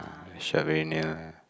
ah very near